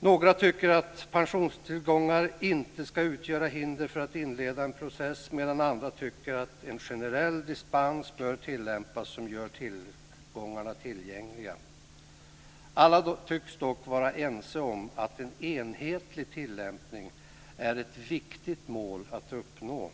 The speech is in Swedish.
Några tycker att pensionstillgångar inte ska utgöra hinder för att inleda en process medan andra tycker att en generell dispens bör tillämpas som gör tillgångarna tillgängliga. Alla tycks dock vara ense om att en enhetlig tillämpning är ett viktigt mål att uppnå.